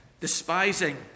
despising